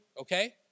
okay